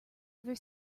ever